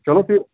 چلو تہِ